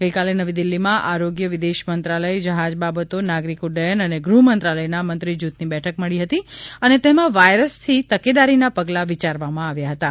ગઇકાલે નવીદિલ્ફીમાં આરોગ્ય વિદેશમંત્રાલય જ્હાજ બાબતો નાગરિક ઉફયન અને ગૃહમંત્રાલયના મંત્રીજૂથની બેઠક મળી હતી અને તેમાં વાયરસથી તકેદારીનાં પગલાં વિચારવામાં આવ્યાં હતાં